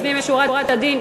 לפנים משורת הדין,